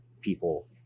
people